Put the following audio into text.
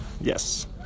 Yes